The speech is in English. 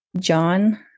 John